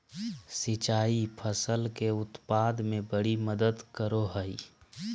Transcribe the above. सिंचाई फसल के उत्पाद में बड़ी मदद करो हइ